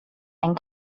and